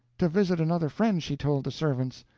to visit another friend, she told the servants.